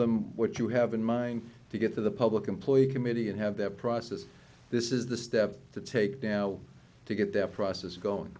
them what you have in mind to get to the public employee committee and have that process this is the step to take dow to get that process going